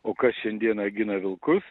o kas šiandieną gina vilkus